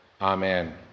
Amen